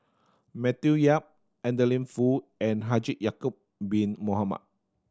Matthew Yap Adeline Foo and Haji Ya'acob Bin Mohamed